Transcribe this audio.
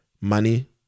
money